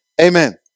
Amen